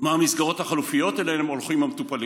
מה המסגרות החלופיות שאליהן הולכים המטופלים?